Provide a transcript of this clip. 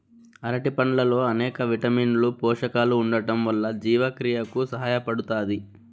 అరటి పండ్లల్లో అనేక విటమిన్లు, పోషకాలు ఉండటం వల్ల జీవక్రియకు సహాయపడుతాది